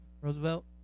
Roosevelt